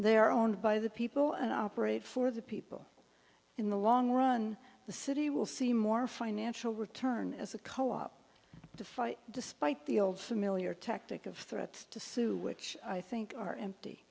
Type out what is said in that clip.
they're owned by the people and operated for the people in the long run the city will see more financial return as a co op to fight despite the old familiar tactic of threats to sue which i think are empty